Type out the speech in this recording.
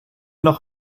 noch